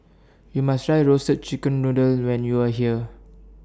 YOU must Try Roasted Chicken Noodle when YOU Are here